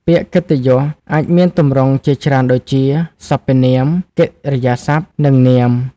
ពាក្យកិត្តិយសអាចមានទម្រង់ជាច្រើនដូចជា សព្វនាម កិរិយាសព្ទ និងនាម។